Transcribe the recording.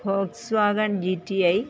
Woakes wagon G T I